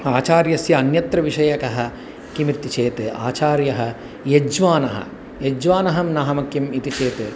आचार्यस्य अन्यत्र विषय कः किमिति चेत् आचार्यः यज्वानः यज्वानः नाम किम् इति चेत्